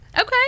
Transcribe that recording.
okay